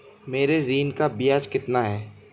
मेरे ऋण का ब्याज कितना है?